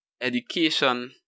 education